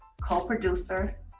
co-producer